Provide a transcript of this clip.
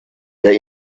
der